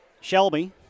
Shelby